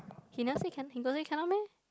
he never say can he got say cannot meh